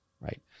right